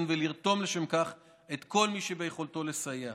ולרתום לשם כך את כל מי שביכולתו לסייע.